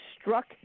struck